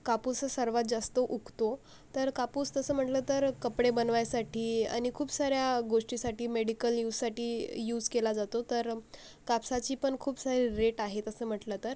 कापूसस सर्वात जास्त उगतो तर कापूस तसं म्हणलं तर कपडे बनवायसाटी अनि खूप साऱ्या गोष्टीसाटी मेडिकल यूससाटी यूस केला जातो तर अम् कापसाचीपन खूप सारे रेट आहे तसं म्हंटलं तर